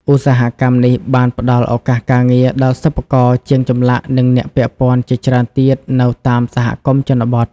ឧស្សាហកម្មនេះបានផ្តល់ឱកាសការងារដល់ សិប្បករ ជាងចម្លាក់ និងអ្នកពាក់ព័ន្ធ ជាច្រើនទៀតនៅតាមសហគមន៍ជនបទ។